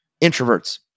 introverts